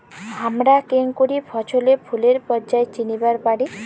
হামরা কেঙকরি ফছলে ফুলের পর্যায় চিনিবার পারি?